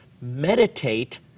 meditate